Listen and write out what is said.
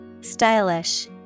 Stylish